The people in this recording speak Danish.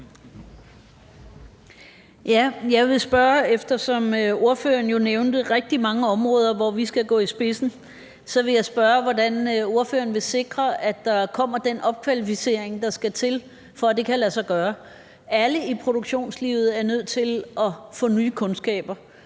spidsen, spørge om, hvordan ordføreren vil sikre, at der kommer den opkvalificering, der skal til, for at det kan lade sig gøre. Alle i produktionslivet er nødt til at få nye kundskaber.